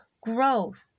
growth